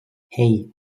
hei